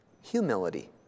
Humility